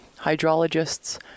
hydrologists